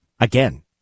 again